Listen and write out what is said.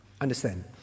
Understand